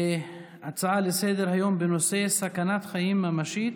הצעה לסדר-היום בנושא: סכנת חיים ממשית